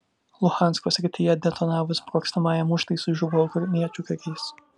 luhansko srityje detonavus sprogstamajam užtaisui žuvo ukrainiečių karys